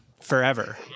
forever